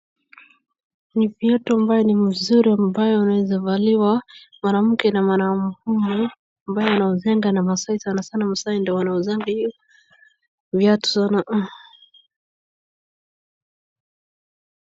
Ni viatu ambaye ni mzuri ambayo unaweza valiwa mwanmke na mwanaume. Ambayo nauzangwa na Maasai sana sana Maasai ndiyo wanauzanga hiyo viatu sana.